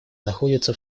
находится